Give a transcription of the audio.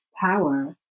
power